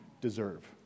deserve